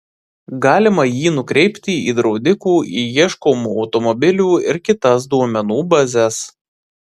galima jį nukreipti į draudikų į ieškomų automobilių ir kitas duomenų bazes